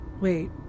Wait